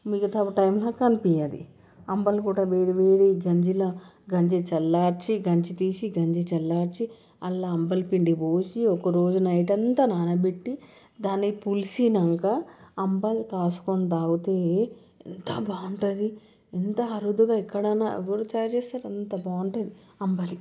మిగతా టైంలో కనిపించదు అంబలి కూడా వేడివేడి గంజిలా గంజి చల్లార్చి గంజి తీసి గంజి చల్లార్చి అందులో అంబలి పిండి పోసి ఒకరోజు నైట్ అంతా నానబెట్టి దాన్ని పులిసాక అంబలి కాచుకొని తాగితే ఎంత బాగుంటుంది ఎంత అరుదుగా ఎక్కడైనా ఎవరు తయారు చేస్తారు అంత బాగుంటుంది అంబలి